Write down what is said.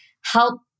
help